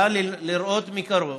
בא לראות מקרוב